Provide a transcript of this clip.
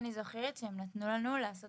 אני זוכרת שהם נתנו לנו לעשות